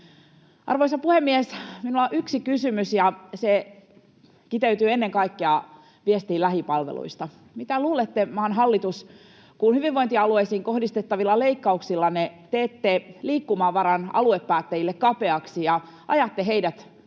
Arvoisa puhemies! Minulla on yksi kysymys, ja se kiteytyy ennen kaikkea viestiin lähipalveluista: Mitä luulette, maan hallitus, kun hyvinvointialueisiin kohdistettavilla leikkauksillanne teette liikkumavaran aluepäättäjille kapeaksi ja ajatte heidät tuhoamaan